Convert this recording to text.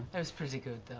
that was pretty good,